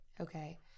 Okay